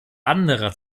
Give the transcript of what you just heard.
anderer